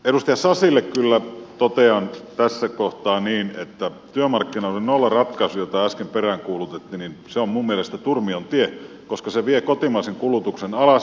edustaja sasille kyllä totean tässä kohtaa niin että työmarkkinoiden nollaratkaisu jota äsken peräänkuulutettiin on minun mielestäni turmion tie koska se vie kotimaisen kulutuksen alas